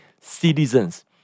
citizens